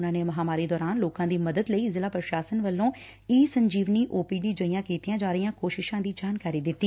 ਉਨੂਾ ਨੇ ਮਹਾਮਾਰੀ ਦੋਰਾਨ ਲੋਕਾ ਦੀ ਮਦਦ ਲਈ ਜ਼ਿਲੁਾ ਪ੍ਰਸ਼ਾਸਨ ਵੱਲੋਂ e Sanjeevani O P D ਜਿਹੀਆਂ ਕੀਤੀਆਂ ਜਾ ਰਹੀਆਂ ਕੋਸ਼ਿਸਾਂ ਦੀ ਜਾਣਕਾਰੀ ਵੀ ਦਿੱਤੀ